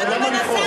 למה לצעוק?